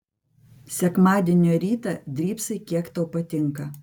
sekmadienio rytą drybsai kiek tau patinka